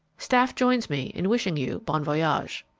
staff joins me in wishing you bon voyage.